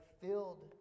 filled